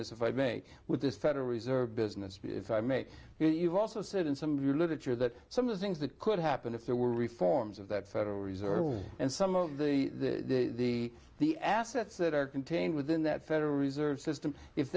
this if i may with this federal reserve business if i may you've also said some of your literature that some of the things that could happen if there were reforms of the federal reserve and some of the the the assets that are contained within that federal reserve system if